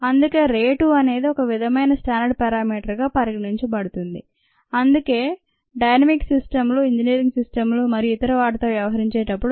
అందుకే రేటు అనేది ఒక విధమైన స్టాండర్డ్ పారామీటర్ గా పరిగణించబడుతుంది అయితే డైమిక్ సిస్టమ్ లు ఇంజినీరింగ్ సిస్టమ్ లు మరియు ఇతర వాటితో వ్యవహరించేటప్పుడు